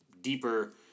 deeper